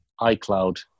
iCloud